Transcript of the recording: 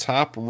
Top